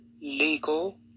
legal